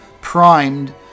primed